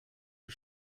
was